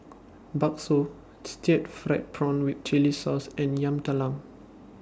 Bakso Stir Fried Prawn with Chili Sauce and Yam Talam